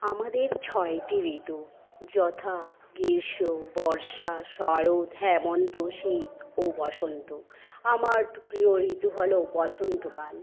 আমাদের ছয়টি ঋতু যথা গ্রীষ্ম বর্ষা শরৎ হেমন্ত শীত ও বসন্ত আমার প্রিয় ঋতু হল বসন্ত কাল